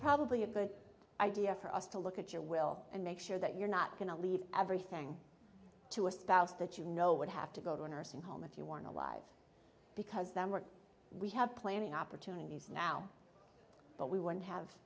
probably a good idea for us to look at your will and make sure that you're not going to leave everything to a spouse that you know would have to go to a nursing home if you want to live because them work we have planning opportunities now but we won't have